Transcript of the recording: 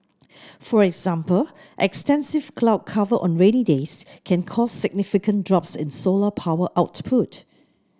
for example extensive cloud cover on rainy days can cause significant drops in solar power output